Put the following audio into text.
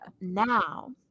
Now